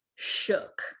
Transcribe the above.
Shook